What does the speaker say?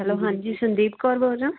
hello ਹਾਂਜੀ ਸੰਦੀਪ ਕੌਰ ਬੋਲ ਰਹੇ ਹੋ